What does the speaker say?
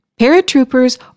Paratroopers